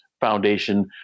foundation